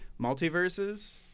multiverses